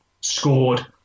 scored